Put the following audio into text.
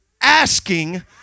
asking